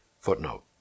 Footnote